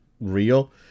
real